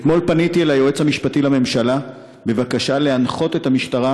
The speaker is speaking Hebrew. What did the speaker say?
אתמול פניתי ליועץ המשפטי לממשלה בבקשה להנחות את המשטרה